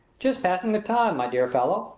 just passing the time, my dear fellow!